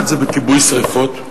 אחד זה בכיבוי שרפות.